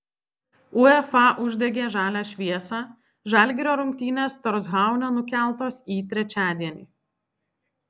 uefa uždegė žalią šviesą žalgirio rungtynės torshaune nukeltos į trečiadienį